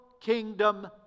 kingdom